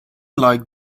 like